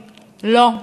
לא,